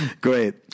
great